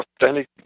authentic